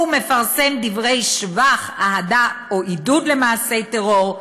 או הוא מפרסם דברי שבח, אהדה או עידוד למעשי טרור,